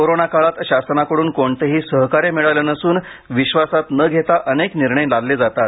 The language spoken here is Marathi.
कोरोना काळात शासनाकडून कोणतेही सहकार्य मिळाले नसून विश्वासात न घेता अनेक निर्णय लादले जातात